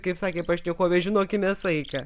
kaip sakė pašnekovė žinokime saiką